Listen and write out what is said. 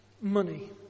Money